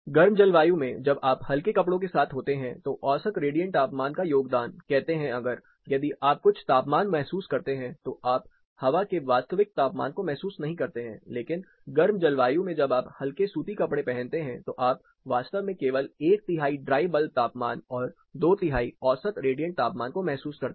गर्म जलवायु में जब आप हल्के कपड़ों के साथ होते हैं तो औसत रेडिएंट तापमान का योगदानकहते हैं अगर यदि आप कुछ तापमान महसूस करते हैं तो आप हवा के वास्तविक तापमान को महसूस नहीं करते हैं लेकिन गर्म जलवायु में जब आप हल्के सूती कपड़े पहनते हैं तो आप वास्तव में केवल एक तिहाई ड्राई बल्ब तापमान और दो तिहाई औसत रेडिएंट तापमान को महसूस करते है